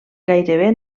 gairebé